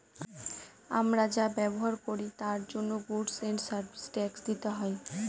আমরা যা ব্যবহার করি তার জন্য গুডস এন্ড সার্ভিস ট্যাক্স দিতে হয়